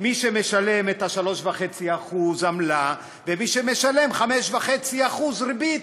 מי שמשלם 3.5% עמלה ומי שמשלם 5.5% ריבית.